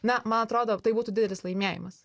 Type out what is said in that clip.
na man atrodo tai būtų didelis laimėjimas